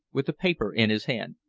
with the paper in his hand.